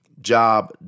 job